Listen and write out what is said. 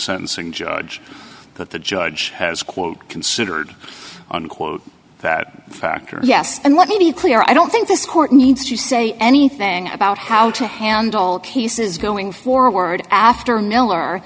sentencing judge that the judge has quote considered unquote that factor yes and let me be clear i don't think this court needs to say anything about how to handle cases going forward after miller